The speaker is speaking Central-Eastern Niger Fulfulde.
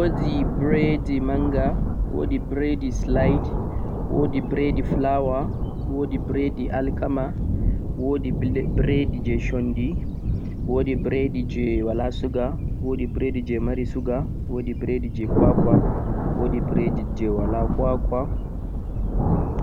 wodi biredi manga, wodi biredi slice, wodi biredi flawa, wodi biredi alkama, wodi biredi je wala suga, wodi biredi je mari suga, wodi biredi kwakwa